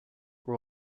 were